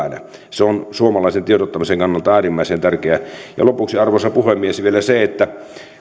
se on suomalaisen tiedottamisen kannalta äärimmäisen tärkeää lopuksi arvoisa puhemies vielä se että